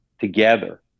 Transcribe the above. together